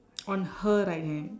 on her right hand